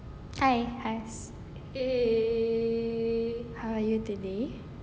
hi hi how are you lately